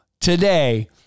today